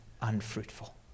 unfruitful